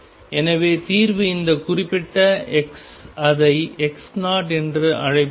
எனவே தீர்வு இந்த குறிப்பிட்ட X அதை X0 என்று அழைப்போம்